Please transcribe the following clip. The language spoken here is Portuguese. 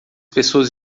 pessoas